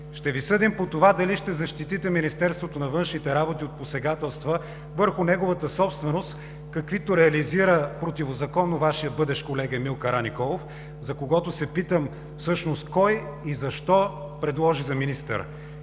Ще Ви съдим по това дали ще защитите Министерството на външните работи от посегателства върху неговата собственост, каквито реализира противозаконно Вашият бъдещ колега Емил Караниколов, за когото се питам всъщност кой и защо предложи за министър.